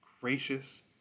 gracious